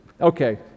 Okay